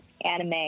anime